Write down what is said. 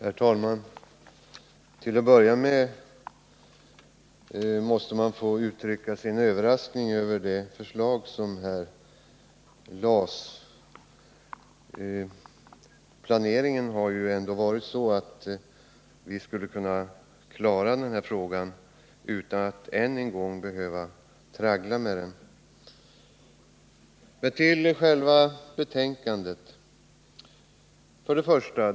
Herr talman! Till att börja med måste jag få uttrycka min överraskning över det förslag som här lades fram av Paul Grabö. Planeringen har ju varit att vi skulle kunna klara den här frågan utan att än en gång behöva traggla med den. Men nu till själva betänkandet.